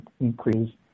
increase